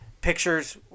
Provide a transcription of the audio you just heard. pictures